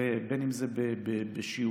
בין אם זה בשיעורים,